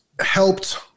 helped